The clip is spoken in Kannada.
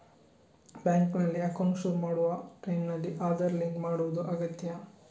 ಬ್ಯಾಂಕಿನಲ್ಲಿ ಅಕೌಂಟ್ ಶುರು ಮಾಡುವ ಟೈಂನಲ್ಲಿ ಆಧಾರ್ ಲಿಂಕ್ ಮಾಡುದು ಅಗತ್ಯ